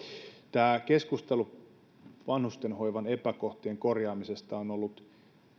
tämä keskustelu vanhustenhoivan epäkohtien korjaamisesta on ollut